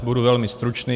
Budu velmi stručný.